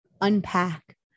unpack